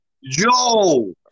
yo